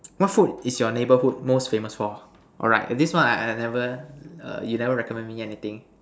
what food is your neighborhood most famous for alright this one I I never err you never recommend me anything